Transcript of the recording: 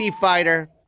fighter